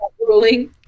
ruling